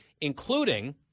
including